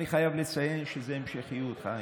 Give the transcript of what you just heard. אני חייב לציין שזאת המשכיות, חיים.